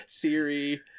theory